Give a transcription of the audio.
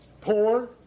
poor